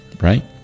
right